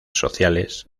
sociales